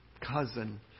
Cousin